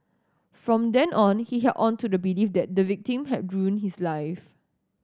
from then on he held on to the belief that the victim had ruined his life